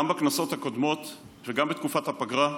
גם בכנסות הקודמות וגם בתקופת הפגרה,